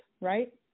right